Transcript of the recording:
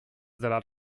salat